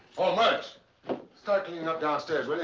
murch, start cleaning up downstairs. but